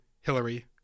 Hillary